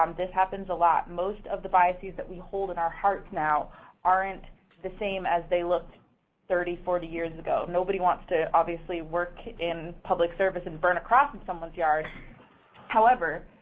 um this happens a lot. most of the biases that we hold in our hearts now aren't the same as they looked thirty, forty years ago. nobody wants to obviously work in public service and burn a cross in someone's yard however,